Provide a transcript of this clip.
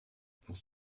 pour